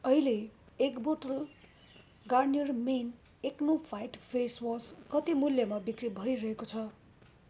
अहिले एक बोतल Garnier men acno fight face wash कति मूल्यमा बिक्री भइरहेको छ